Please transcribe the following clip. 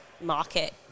market